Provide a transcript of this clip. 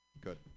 Good